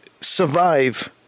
survive